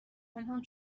پنهان